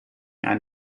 ein